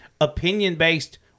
opinion-based